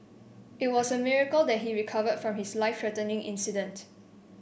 it was a miracle that he recovered from his life threatening incident